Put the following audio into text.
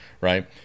right